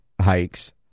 hikes